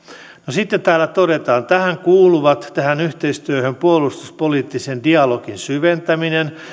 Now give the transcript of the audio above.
sitten täällä todetaan tähän kuuluvat tähän yhteistyöhön puolustuspoliittisen dialogin syventäminen